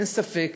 אין ספק